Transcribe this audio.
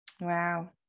wow